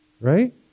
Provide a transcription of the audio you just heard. right